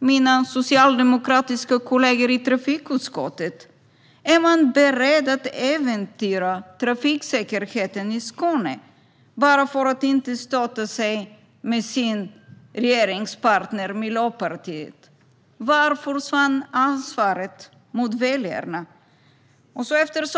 de socialdemokratiska kollegorna i trafikutskottet tycker. Är man beredd att äventyra trafiksäkerheten i Skåne bara för att inte stöta sig med sin regeringspartner Miljöpartiet? Var försvann ansvaret mot väljarna?